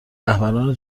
رهبران